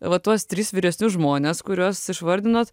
va tuos tris vyresnius žmones kuriuos išvardinot